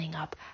up